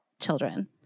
children